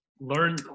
learn